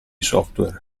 software